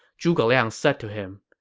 zhuge liang said to him,